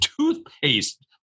Toothpaste